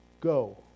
go